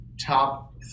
Top